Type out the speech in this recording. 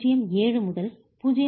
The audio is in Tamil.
07 முதல் 0